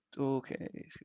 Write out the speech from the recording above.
Okay